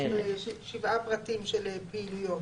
יש לנו שבעה פרטים של פעילויות.